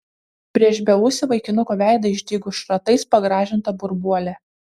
prieš beūsį vaikinuko veidą išdygo šratais pagrąžinta burbuolė